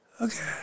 Okay